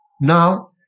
now